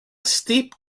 steep